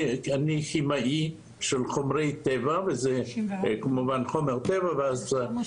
אני כימאי של חומרי טבע, וזה חומר טבע כמובן.